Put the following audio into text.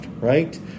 Right